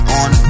on